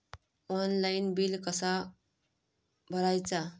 Online light bill कसा भरायचा?